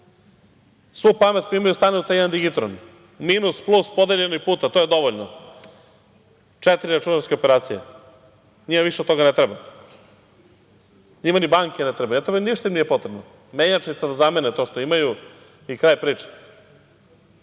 Svu pamet koju imaju stane u taj jedan digitron. Minus, plus, podeljeno i puta. To je dovoljno, četiri računarske operacije i njima više od toga ne treba. Njima ni banke ne trebaju, ništa im nije potrebno. Menjačnica da zamene to što imaju i kraj priče.